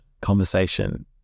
conversation